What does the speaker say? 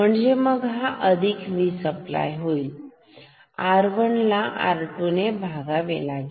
म्हणजे मग हा अधिक V सप्लाय होईल R1 ला R2 ने भागावे लागेल